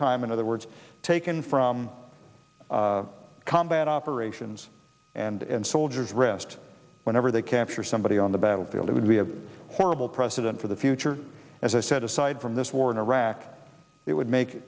time in other words taken from combat operations and soldiers rest whenever they capture somebody on the battlefield it would be a horrible precedent for the future as i said aside from this war in iraq it would